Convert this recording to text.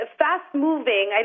fast-moving